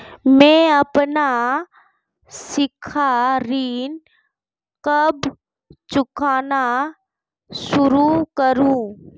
मैं अपना शिक्षा ऋण कब चुकाना शुरू करूँ?